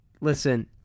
Listen